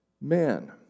man